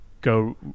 go